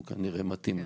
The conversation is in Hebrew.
והוא כנראה מתאים לזה.